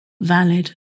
valid